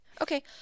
Okay